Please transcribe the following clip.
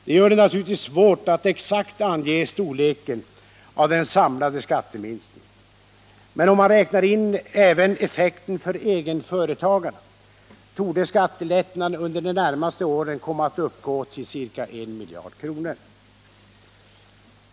Det gör det naturligtvis svårt att exakt ange storleken av den samlade skatteminskningen. Men om man räknar in även effekten för egenföretagarna torde skattelättnaden under de närmaste åren komma att uppgå till ca I miljard kronor.